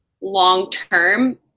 long-term